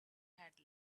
had